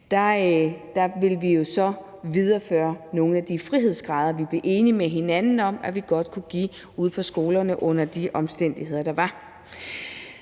vil vi jo så videreføre nogle af de frihedsgrader, vi blev enige med hinanden om at vi godt kunne give skolerne under de omstændigheder, der var.